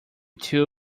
two